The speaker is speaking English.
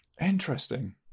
interesting